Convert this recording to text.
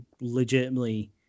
legitimately